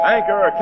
Anchor